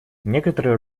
некоторые